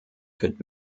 could